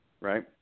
right